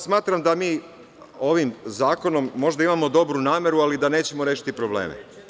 Smatram da mi ovim zakonom možda imamo dobru nameru, ali da nećemo rešiti probleme.